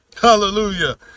Hallelujah